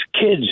kids